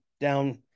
down